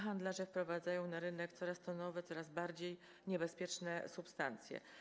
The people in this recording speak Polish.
Handlarze wprowadzają na rynek coraz to nowe, coraz bardziej niebezpieczne substancje.